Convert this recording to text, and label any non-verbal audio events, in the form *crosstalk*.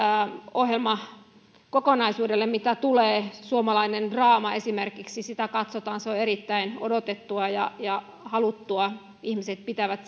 ohjelmakokonaisuudelle mitä tulee suomalainen draama esimerkiksi sitä katsotaan se on erittäin odotettua ja ja haluttua ihmiset pitävät *unintelligible*